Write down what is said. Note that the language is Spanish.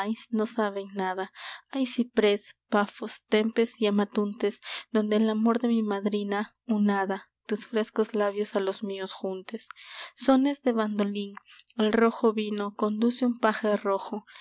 no saben nada hay chipres pafos tempes y amatuntes donde el amor de mi madrina un hada tus frescos labios a los míos juntes sones de bandolín el rojo vino conduce un paje rojo amas los